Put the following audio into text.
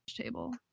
table